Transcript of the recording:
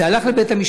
וזה הלך לבית-המשפט,